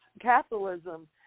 capitalism